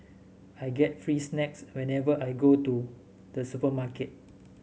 I get free snacks whenever I go to the supermarket